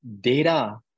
data